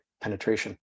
penetration